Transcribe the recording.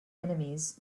enemies